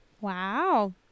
Wow